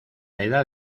edad